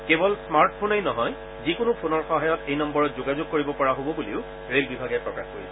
কেৱল স্মাৰ্ট ফোনেই নহয় যিকোনো ফোনৰ সহায়ত এই নম্বৰত যোগাযোগ কৰিব পৰা হ'ব বুলিও ৰে'ল বিভাগে প্ৰকাশ কৰিছে